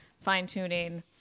fine-tuning